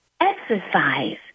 exercise